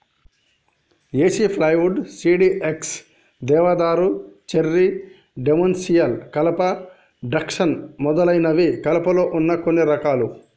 ఏసి plywood, CDX, దేవదారు, cherry, dimensional కలప, Douglas మొదలైనవి కలపలో వున్న కొన్ని రకాలు